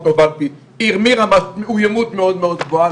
הובלתי עיר מרמת מאוימות מאוד מאוד גבוהה,